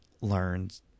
learns